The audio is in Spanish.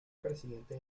presidente